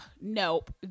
Nope